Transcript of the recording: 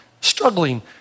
struggling